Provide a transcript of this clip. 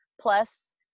Plus